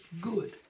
good